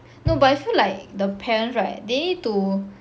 no but I feel like the parents right they need to